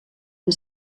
der